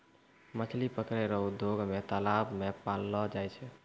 मछली पकड़ै रो उद्योग मे तालाब मे पाललो जाय छै